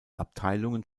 abteilungen